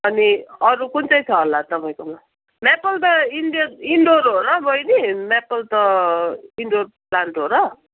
अनि अरू कुन चाहिँ छ होला तपाईँकोमा मेपल त इनडुवर इनडुवर हो र बहिनी मेपल त इनडुवर प्लान्ट हो र